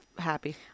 happy